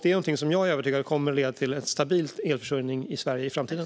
Det är någonting som jag är övertygad om kommer att leda till en stabil elförsörjning i Sverige i framtiden.